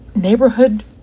neighborhood